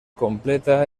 completa